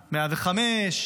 105?